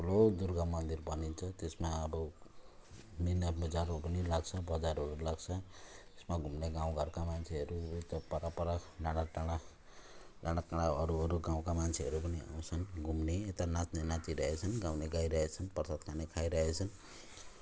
ठुलो दुर्गा मन्दिर बनिन्छ त्यसमा अब मिनाबजारहरू पनि लाग्छ बजारहरू लाग्छ यसमा घुम्ने गाउँघरका मान्छेहरू यता पर पर टाढा टाढा डाँडाकाँडा अरू अरू गाउँका मान्छेहरू पनि आउँछन् घुम्ने यता नाच्ने नाचिरहेछन् गाउने गाइरहेछन् प्रसाद खाने खाइरहेछन्